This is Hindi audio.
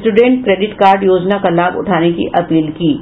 स्टूडेंट क्रेडिट कार्ड योजना का लाभ उठाने की अपील की है